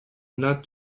not